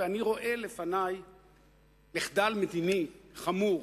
ואני רואה לפני מחדל מדיני חמור.